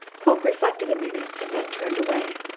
polke reflected a minute and then turned away.